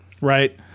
right